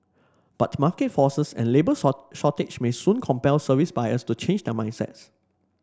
but market forces and labour short shortage may soon compel service buyers to change their mindset